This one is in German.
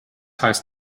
heißt